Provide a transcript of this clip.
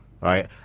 right